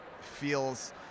feels